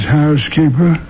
housekeeper